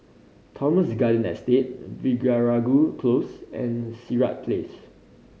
Thomson Garden Estate Veeragoo Close and Sirat Place